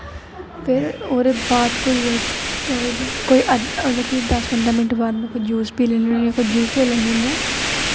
ते ओह्दे बाद कोई ओह्दे कोई मतलब कि दस पंदरां मिन्ट बाद जूस पीऽ लैन्नी होनी आं जूस लेई लैन्नी होनी आं